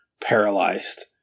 paralyzed